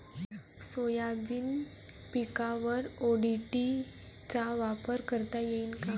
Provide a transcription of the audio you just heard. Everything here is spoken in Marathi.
सोयाबीन पिकावर ओ.डी.टी चा वापर करता येईन का?